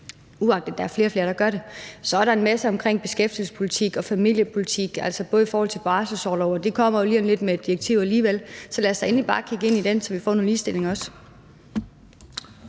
uagtet at der er flere og flere, der gør det. Så er der en masse omkring beskæftigelsespolitik og familiepolitik, altså f.eks. i forhold til barselsorlov, og det kommer jo lige om lidt med et direktiv alligevel, så lad os dog endelig bare kigge ind i det, så vi får noget ligestilling også.